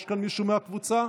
יש כאן מישהו מהקבוצה?